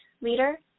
leader